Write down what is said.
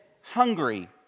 hungry